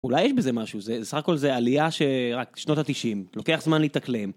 אולי יש בזה משהו, זה, סך הכול זה עלייה שרק שנות התשעים, לוקח זמן להתאקלם.